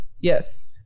yes